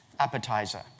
Appetizer